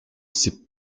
ces